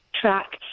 track